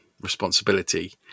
responsibility